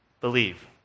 believe